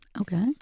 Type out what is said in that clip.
Okay